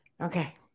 Okay